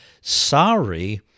sorry